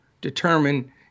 determine